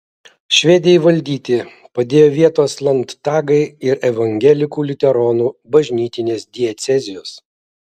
švedijai valdyti padėjo vietos landtagai ir evangelikų liuteronų bažnytinės diecezijos